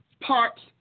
Parts